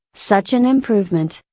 such an improvement,